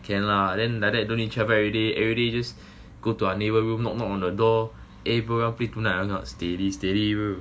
can lah then like that don't each travel day everyday just go to neighbour room knock knock on the door eh bro want play tonight or not steady steady bro